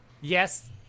yes